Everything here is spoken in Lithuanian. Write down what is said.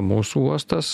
mūsų uostas